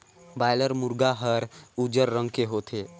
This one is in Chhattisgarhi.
बॉयलर मुरगा हर उजर रंग के होथे